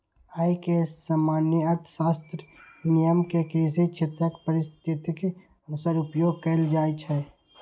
अय मे सामान्य अर्थशास्त्रक नियम कें कृषि क्षेत्रक परिस्थितिक अनुसार उपयोग कैल जाइ छै